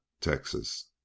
Texas